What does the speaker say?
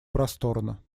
просторно